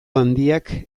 handiak